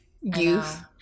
youth